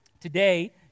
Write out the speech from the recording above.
Today